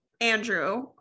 Andrew